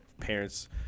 parents